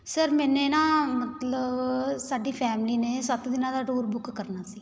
sir ਮੈਨੇ ਨਾ ਮਤਲਬ ਸਾਡੀ ਫੈਮਿਲੀ ਨੇ ਸੱਤ ਦਿਨਾਂ ਦਾ ਟੂਰ ਬੁੱਕ ਕਰਨਾ ਸੀ